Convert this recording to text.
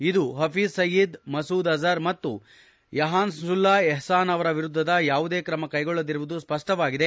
ಇದು ಹಫೀಜ್ ಸಯೀದ್ ಮಸೂದ್ ಅಜರ್ ಮತ್ತು ಎಹ್ಪಾನುಲ್ಲಾ ಎಹ್ಪಾನ್ ಅವರ ವಿರುದ್ದದ ಯಾವುದೇ ಕ್ರಮಕ್ಶೆಗೊಳ್ಳದಿರುವುದು ಸ್ವಷ್ಟವಾಗಿದೆ